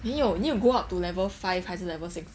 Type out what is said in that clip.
没有 need to go up to level five 还是 level six